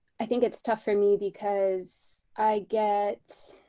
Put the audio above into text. i think it's tough for me because i get